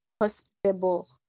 hospitable